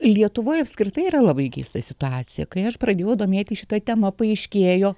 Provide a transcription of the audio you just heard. lietuvoj apskritai yra labai keista situacija kai aš pradėjau domėtis šita tema paaiškėjo